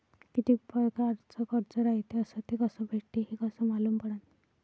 कितीक परकारचं कर्ज रायते अस ते कस भेटते, हे कस मालूम पडनं?